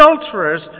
adulterers